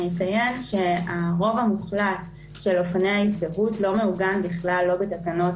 אציין שהרוב של אופני ההזדהות המוחלט לא מעוגן לא בתקנות